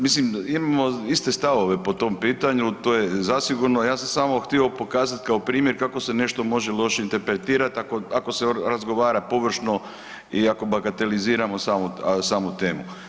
Mislim imamo iste stavove po tom pitanju to je zasigurno, ja sam samo htio pokazati kao primjer kako se nešto može loše interpretirati ako se razgovara površno i ako bagateliziramo samo temu.